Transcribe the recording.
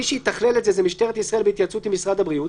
מי שיתכלל את זה זה משטרת ישראל בהתייעצות משרד הבריאות?